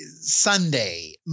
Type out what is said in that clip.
Sunday